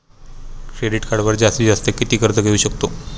Credit कार्डवर जास्तीत जास्त किती कर्ज घेऊ शकतो?